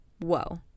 whoa